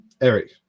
Eric